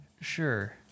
Sure